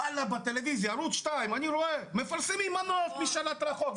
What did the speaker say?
אני רואה שמפרסמים בטלוויזיה מנוף בשלט רחוק.